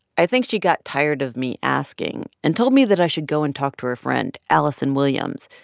i think she got tired of me asking and told me that i should go and talk to her friend alison williams.